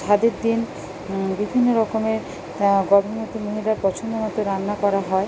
সাধের দিন বিভিন্ন রকমের গর্ভবতী মহিলার পছন্দমতো রান্না করা হয়